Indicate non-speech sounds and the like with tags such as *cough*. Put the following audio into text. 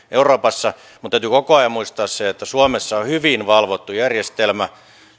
*unintelligible* euroopassa täytyy koko ajan muistaa se että suomessa on hyvin valvottu järjestelmä